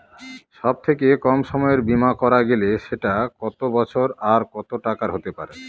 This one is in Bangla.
সব থেকে কম সময়ের বীমা করা গেলে সেটা কত বছর আর কত টাকার হতে পারে?